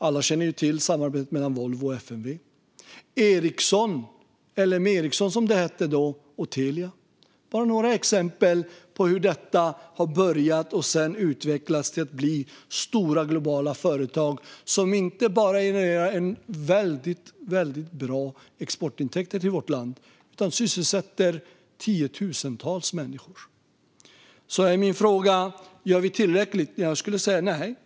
Alla känner ju till samarbetena mellan Volvo och FMV eller mellan Ericsson - L. M. Ericsson, som det hette då - och Telia. Det är bara några exempel på hur detta har börjat och sedan utvecklats till att bli stora, globala företag som inte bara genererar väldigt bra exportintäkter utan också sysselsätter tiotusentals människor. Då frågar jag: Gör vi tillräckligt? Jag skulle säga nej.